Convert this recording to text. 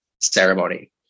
ceremony